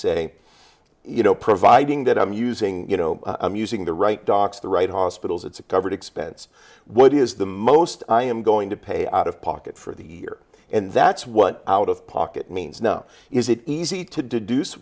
say you know providing that i'm using you know i'm using the right docs the right hospitals it's a covered expense what is the most i am going to pay out of pocket for the year and that's what out of pocket means no is it easy to d